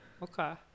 Okay